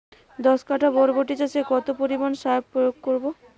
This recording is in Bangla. দশ কাঠা বরবটি চাষে কত পরিমাণ সার প্রয়োগ করব?